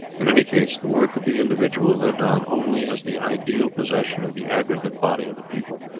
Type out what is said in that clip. in any case the work of the individual lived on only as the ideal possession of the aggregate body of the people,